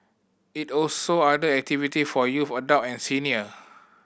it also order activity for youths adult and senior